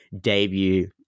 debut